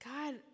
God